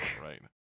Right